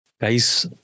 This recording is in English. guys